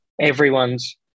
everyone's